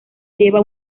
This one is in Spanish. lleva